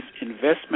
investment